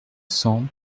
cents